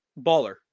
baller